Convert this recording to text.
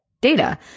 data